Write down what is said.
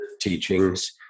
teachings